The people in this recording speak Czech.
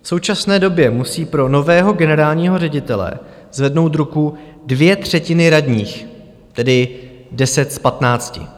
V současné době musí pro nového generálního ředitele zvednout ruku dvě třetiny radních, tedy deset z patnácti.